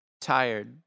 Tired